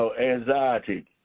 Anxiety